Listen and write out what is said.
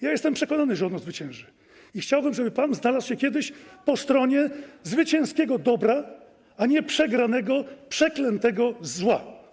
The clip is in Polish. Jestem przekonany, że ono zwycięży, i chciałbym, żeby pan znalazł się kiedyś po stronie zwycięskiego dobra, a nie przegranego, przeklętego zła.